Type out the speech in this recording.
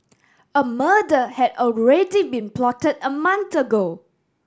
a murder had already been plotted a month ago